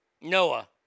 Noah